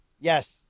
yes